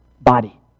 body